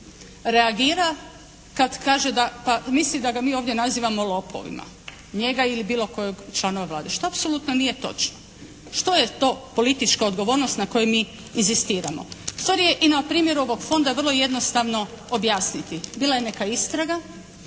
reagira kad kaže da, pa misli da ga mi ovdje nazivamo lopovima njega ili bilo kojeg člana Vlade što apsolutno nije točno. Što je to politička odgovornost na koju mi inzistiramo? Stvar je i na primjeru ovog fonda vrlo jednostavno objasniti. Bila je neka istraga,